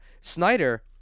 Snyder